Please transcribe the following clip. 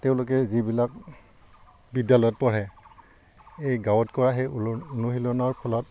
তেওঁলোকে যিবিলাক বিদ্যালয়ত পঢ়ে এই গাঁৱত কৰা সেই অনু অনুশীলনৰ ফলত